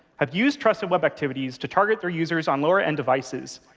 have used trusted web activities to target their users on lower-end devices,